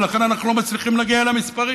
ולכן אנחנו לא מצליחים להגיע אל המספרים.